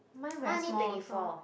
mine very small also